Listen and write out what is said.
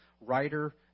writer